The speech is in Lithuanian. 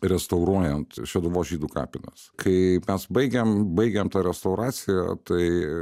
restauruojant šeduvos žydų kapines kai mes baigėm baigėm tą restauraciją tai